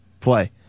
play